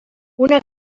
una